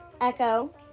Echo